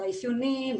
האפיונים,